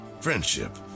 friendship